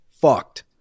fucked